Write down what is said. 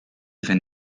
even